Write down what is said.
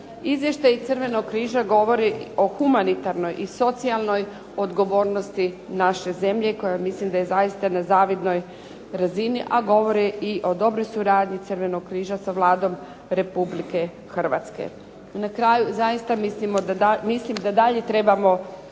Izvještaji Crvenog križa govori o humanitarnoj i socijalnoj odgovornosti naše zemlje koja mislim da je zaista na zavidnoj razini, a govore i o dobroj suradnji Crvenog križa sa Vladom Republike Hrvatske. Na kraju, zaista mislimo, mislim da dalje trebamo